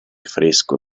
fresco